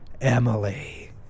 Emily